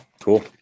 Cool